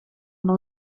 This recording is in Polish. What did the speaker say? było